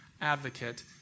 advocate